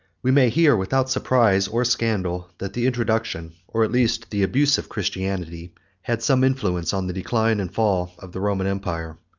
we may hear without surprise or scandal, that the introduction or at least the abuse, of christianity had some influence on the decline and fall of the roman empire.